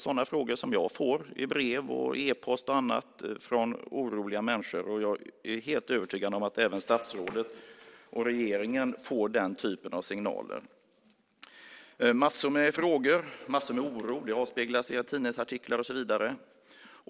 Sådana frågor får jag i brev och e-post från oroliga människor, och jag är helt övertygad om att även statsrådet och regeringen får den typen av signaler. Det finns massor av frågor och massor av oro. Det avspeglas i tidningsartiklar och så vidare.